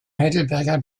heidelberger